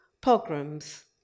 pogroms